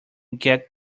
get